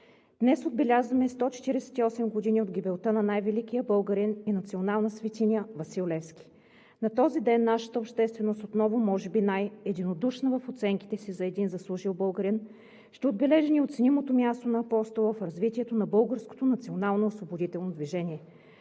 Днес отбелязваме 148 години от гибелта на най-великия българин и национална светиня – Васил Левски. На този ден нашата общественост отново, може би най-единодушна в оценките си за един заслужил българин, ще отбележи неоценимото място на Апостола в развитието на българското националноосвободително движение,